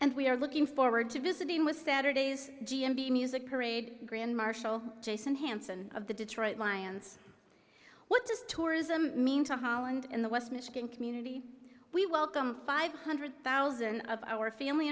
and we are looking forward to visiting with saturday's g m b music parade grand marshal jason hanson of the detroit lions what does tourism mean to holland in the west michigan community we welcome five hundred thousand of our family